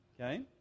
Okay